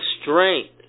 strength